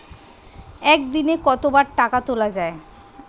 একদিনে কতবার টাকা তোলা য়ায়?